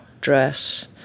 dress